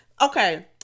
okay